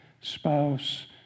spouse